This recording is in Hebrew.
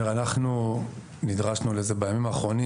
אנחנו נדרשנו לזה בימים האחרונים.